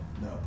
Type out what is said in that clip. No